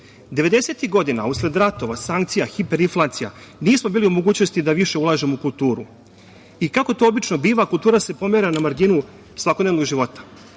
godina, usled ratova, sankcija, hiperinflacija, nismo bili u mogućnosti da više ulažemo u kulturu i kako to obično biva kultura se pomera na marginu svakodnevnog života.